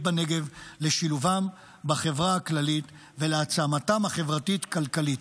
בנגב לשילובם בחברה הכללית ולהעצמתם החברתית-כלכלית,